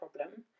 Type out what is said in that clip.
problem